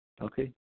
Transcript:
Okay